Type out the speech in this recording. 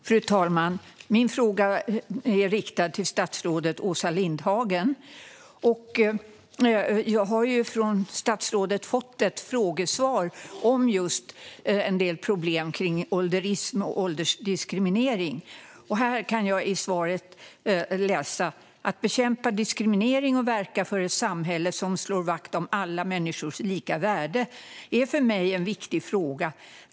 Fru talman! Min fråga är riktad till statsrådet Åsa Lindhagen. Jag har från statsrådet fått ett frågesvar om en del problem kring ålderism och åldersdiskriminering. Jag kan läsa ur svaret: "Att bekämpa diskriminering och verka för ett samhälle som slår vakt om alla människors lika värde är för mig en viktig fråga.